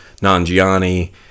Nanjiani